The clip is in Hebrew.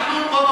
אנחנו,